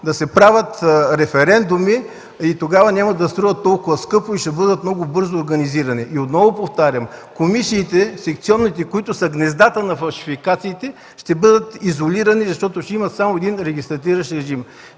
да се правят референдуми – тогава няма да струват толкова скъпо и ще бъдат много бързо организирани. Отново повтарям, секционните комисии, които са гнездата на фалшификациите, ще бъдат изолирани, защото ще има само един регистративен режим.